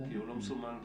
כי לא מסומן לי.